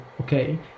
okay